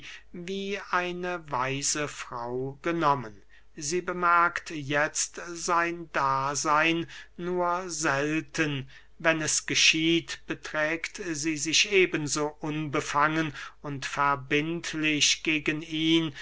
wie eine weise frau genommen sie bemerkt jetzt sein daseyn nur selten wenn es geschieht beträgt sie sich eben so unbefangen und verbindlich gegen ihn